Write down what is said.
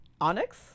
Onyx